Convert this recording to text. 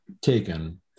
taken